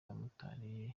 n’abamotari